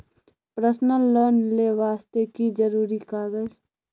Personal loan ले वास्ते की जरुरी कागज?